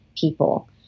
people